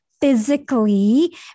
physically